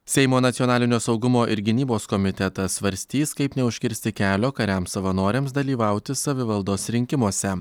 seimo nacionalinio saugumo ir gynybos komitetas svarstys kaip neužkirsti kelio kariams savanoriams dalyvauti savivaldos rinkimuose